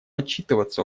отчитываться